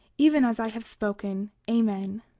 even as i have spoken. amen.